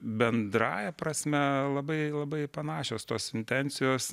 bendrąja prasme labai labai panašios tos intencijos